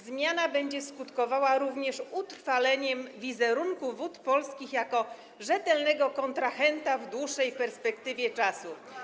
Zmiana będzie skutkowała również utrwaleniem wizerunku Wód Polskich jako rzetelnego kontrahenta w dłuższej perspektywie czasu.